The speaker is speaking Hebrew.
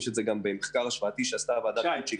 יש את זה גם במחקר השוואתי שעשתה הוועדה --- שי,